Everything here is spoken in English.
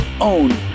own